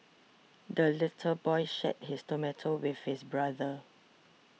the little boy shared his tomato with his brother